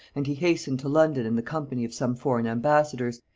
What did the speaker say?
and he hastened to london in the company of some foreign embassadors,